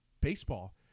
baseball